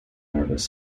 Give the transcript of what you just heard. nervous